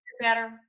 better